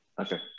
Okay